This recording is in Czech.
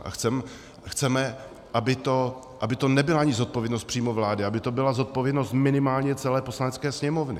A chceme, aby to nebyla ani zodpovědnost přímo vlády, aby to byla zodpovědnost minimálně celé Poslanecké sněmovny.